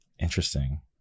Interesting